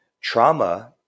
Trauma